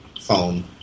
phone